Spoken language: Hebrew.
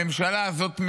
הממשלה הזאת,